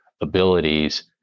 abilities